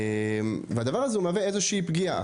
והדבר הזה מהווה איזושהי פגיעה.